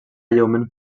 lleument